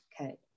Okay